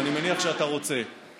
ואני מניח שאתה רוצה,